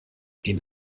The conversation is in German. den